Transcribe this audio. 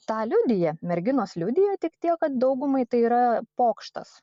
tą liudija merginos liudija tik tiek kad daugumai tai yra pokštas